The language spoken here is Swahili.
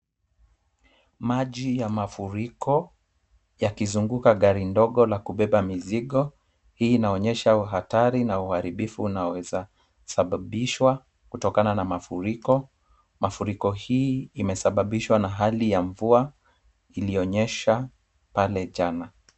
Maji ya mafuriko, yakizunguka gari ndogo la kubeba mizigo. Hii inaonyesha uhatari na uharibifu unaoweza sababishwa kutokana na mafuriko. Mafuriko haya yamesababishwa na hali ya mvua iliyonyesha pale jana.